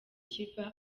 kiva